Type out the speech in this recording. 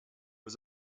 was